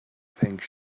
pink